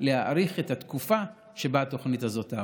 להאריך את התקופה שבה התוכנית הזאת תעבוד.